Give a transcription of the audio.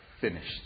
finished